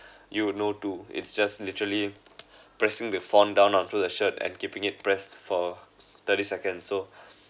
you know too it's just literally pressing the font down onto the shirt and keeping it pressed for thirty second so